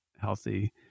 healthy